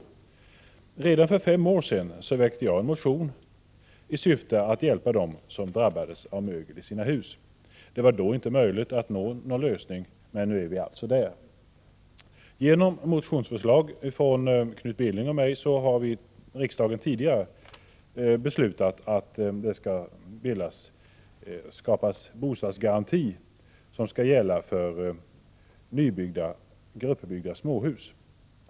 Redan för fem år sedan väckte jag en motion i syfte att hjälpa dem som drabbats av mögel i sina hus. Det var då inte möjligt att nå en lösning, men nu är vi alltså där. Efter motionsförslag från Knut Billing och mig har riksdagen tidigare beslutat att det skall skapas en bostadsgaranti, som skall gälla för nybyggda gruppbyggda småhus.